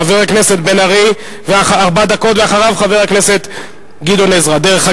החוק בא אחרי הבנייה.